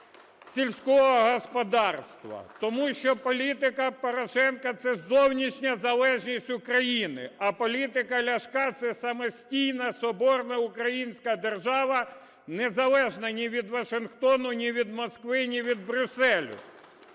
сільського господарства. Тому що політика Порошенка – це зовнішня залежність України. А політика Ляшка – це самостійна, соборна українська держава, незалежна ні від Вашингтону, ні від Москви, ні від Брюсселю.